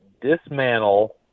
dismantle